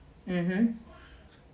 mmhmm